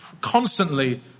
constantly